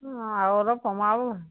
অঁ আৰু অলপ কমাব